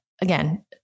again